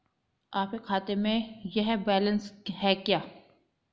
आपके खाते में यह बैलेंस है क्या?